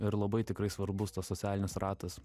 ir labai tikrai svarbus tas socialinis ratas